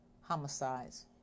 homicides